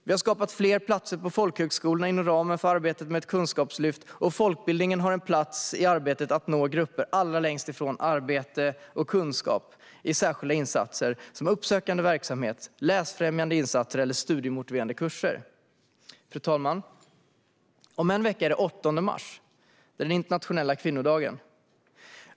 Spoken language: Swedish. Vi har skapat fler platser på folkhögskolorna inom ramen för arbetet med ett kunskapslyft, och folkbildningen har en plats i arbetet att nå grupper allra längst från arbete och kunskap i särskilda insatser såsom uppsökande verksamhet, läsfrämjande insatser och studiemotiverande kurser. Fru talman! Om en vecka är det den 8 mars, den internationella kvinnodagen.